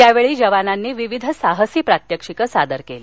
यावेळी जवानांनी विविध साहसी प्रात्यक्षिक सादर केली